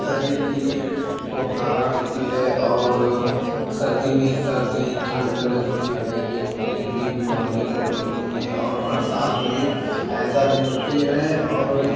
शरीर की बौखलाहट होती है और सर्दी में सर्दी ठंड लगती है जो कि हमें बीमारियां पकड़ लेती हैं और बरसात में हैज़ा भी होता है और